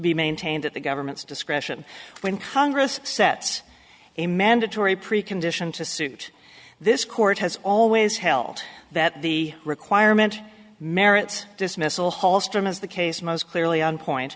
be maintained at the government's discretion when congress sets a mandatory precondition to suit this court has always held that the requirement merits dismissal halston as the case most clearly on point